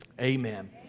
Amen